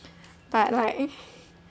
but like